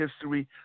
history